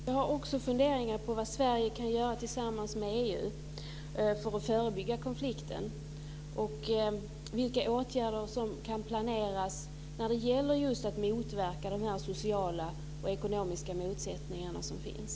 Fru talman! Jag har också funderingar på vad Sverige kan göra tillsammans med EU för att förebygga konflikten. Vilka åtgärder kan planeras när det gäller att motverka de här sociala och ekonomiska motsättningarna?